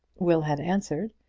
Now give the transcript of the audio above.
will had answered,